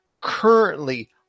currently